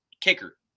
kicker